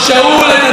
את הדר גולדין,